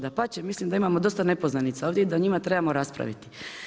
Da pače, mislim da imamo dosta nepoznanica ovdje i da o njima trebamo raspraviti.